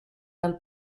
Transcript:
del